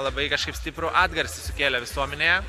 labai kažkaip stiprų atgarsį sukėlė visuomenėje